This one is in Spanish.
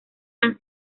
han